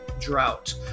drought